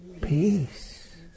peace